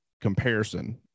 comparison